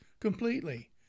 completely